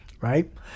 right